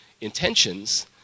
intentions